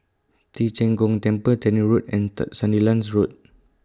Ci Zheng Gong Temple Tannery Road and Third Sandilands Road